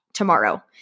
Tomorrow